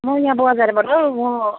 म यहाँ बजारबाट हौ म